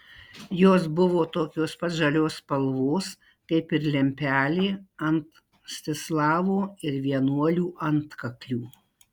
jos buvo tokios pat žalios spalvos kaip ir lempelė ant mstislavo ir vienuolių antkaklių